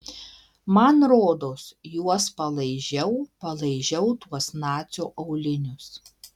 man rodos juos palaižiau palaižiau tuos nacio aulinius